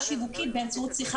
אני חושב שזאת הערה שצריך